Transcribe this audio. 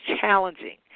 challenging